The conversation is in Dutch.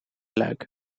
luik